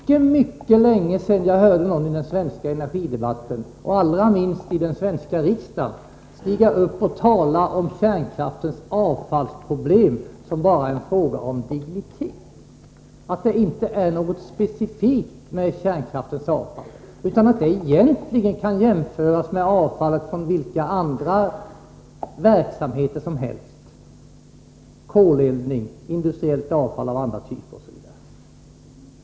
Det var mycket länge sedan jag hörde någon i den svenska energidebatten — allra minst här i riksdagen — stiga upp och tala om kärnkraftens avfallsproblem som bara en fråga om dignitet. Det skulle inte vara någonting specifikt med kärnkraftens avfall, utan detta skulle egentligen kunna jämföras med avfallet från vilka andra verksamheter som helst: koleldning, industriellt avfall av annan typ osv.